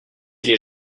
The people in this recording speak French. les